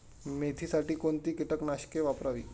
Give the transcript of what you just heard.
मेथीसाठी कोणती कीटकनाशके वापरावी?